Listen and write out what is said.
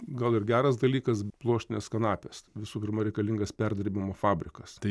gal ir geras dalykas pluoštinės kanapės visų pirma reikalingas perdirbimo fabrikas tai